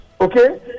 Okay